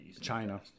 China